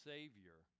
Savior